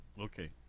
Okay